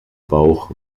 bauch